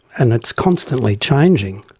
and it's constantly changing,